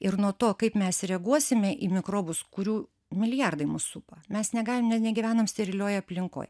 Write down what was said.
ir nuo to kaip mes reaguosime į mikrobus kurių milijardai mus supa mes negalim ne negyvenam sterilioj aplinkoj